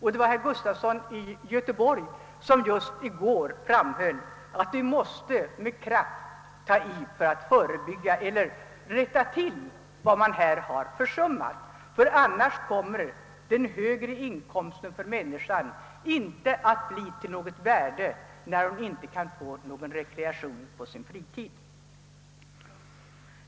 Herr Gustafson i Göteborg framhöll i går, att vi med kraft måste ta i för att åtminstone rätta till vad vi härvidlag har försummat, ty annars kommer människornas högre inkomster inte att bli av något större värde när de inte kan få någon rekreation under sin fritid.